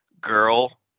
girl